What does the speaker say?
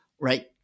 right